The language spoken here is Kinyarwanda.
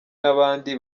n’abandi